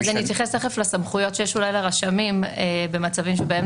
אני אתייחס תיכף לסמכויות שיש לרשמים במצבים שבהם